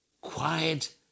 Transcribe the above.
quiet